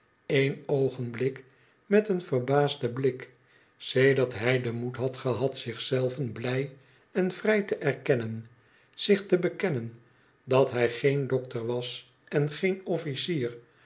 een oogenblik met een verbaasden bhk sedert hij den moed had gehad zichzelven blij en vrij te erkennen zich te bekennen dat hij geen dokter was en geen officier